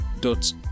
dot